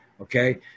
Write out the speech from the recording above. okay